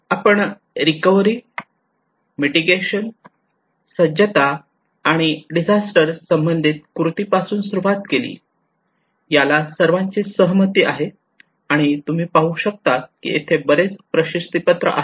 आपण recovery mitigation सज्जता आणि डिझास्टर संबंधित कृती पासून सुरुवात केली याला सर्वांची सहमती आहे आणि तुम्ही पाहू शकतात कि इथे बरेच प्रशस्तीपत्र आहेत